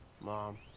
Mom